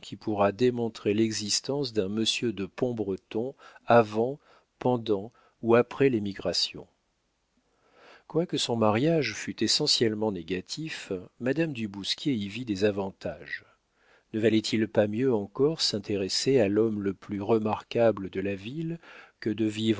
pourra démontrer l'existence d'un monsieur de pombreton avant pendant ou après l'émigration quoique son mariage fût essentiellement négatif madame du bousquier y vit des avantages ne valait-il pas mieux encore s'intéresser à l'homme le plus remarquable de la ville que de vivre